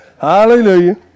Hallelujah